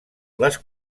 les